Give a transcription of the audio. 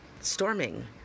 storming